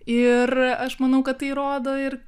ir aš manau kad tai rodo ir